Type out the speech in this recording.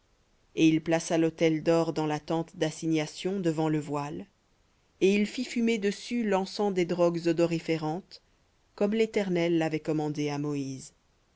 et il plaça l'autel d'or dans la tente d'assignation devant le voile et il fit fumer dessus l'encens des drogues odoriférantes comme l'éternel l'avait commandé à moïse